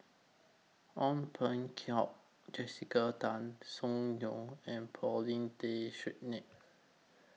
Ong Peng Keo Jessica Tan Soon Neo and Paulin Tay Straughan